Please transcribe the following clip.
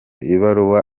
ibaruwa